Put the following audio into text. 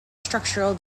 structural